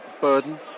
burden